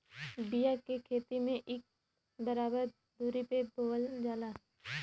बिया के खेती में इक बराबर दुरी पे बोवल जाला